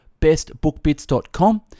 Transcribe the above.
bestbookbits.com